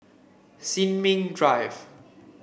Sin Ming Drive